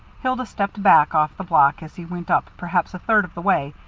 hilda stepped back off the block as he went up perhaps a third of the way,